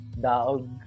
Dog